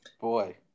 Boy